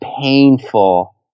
painful